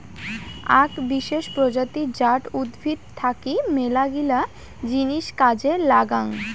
আক বিশেষ প্রজাতি জাট উদ্ভিদ থাকি মেলাগিলা জিনিস কাজে লাগং